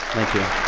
thank you.